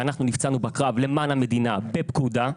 שאנחנו נפצענו בקרב למען המדינה בפקודה.